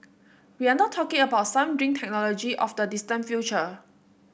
we are not talking about some dream technology of the distant future